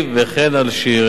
וכן על שאיריהם.